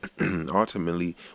ultimately